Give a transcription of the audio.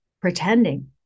pretending